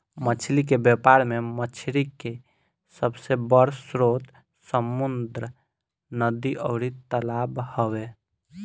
मछली के व्यापार में मछरी के सबसे बड़ स्रोत समुंद्र, नदी अउरी तालाब हवे